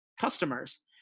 customers